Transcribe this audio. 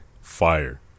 fire